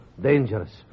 Dangerous